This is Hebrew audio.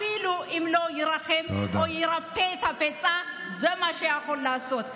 אפילו אם זה לא ירפא את הפצע, זה מה שאפשר לעשות.